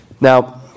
Now